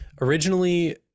Originally